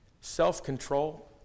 self-control